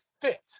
fit